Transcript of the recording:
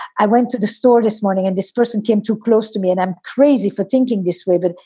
i went to the store this morning and this person came too close to me. and i'm crazy for thinking this way. but,